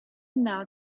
now